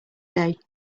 day